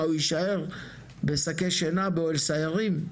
הוא יישאר בשקי שינה באוהל סיירים?